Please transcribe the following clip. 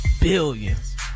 Billions